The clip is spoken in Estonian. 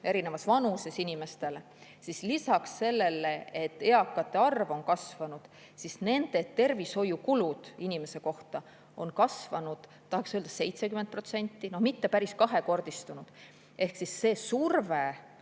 erinevas vanuses inimestel, siis [näeme, et] lisaks sellele, et eakate arv on kasvanud, nende tervishoiukulud inimese kohta on kasvanud, tahaks öelda, 70%, no mitte päris kahekordistunud. Ehk siis sellest survest,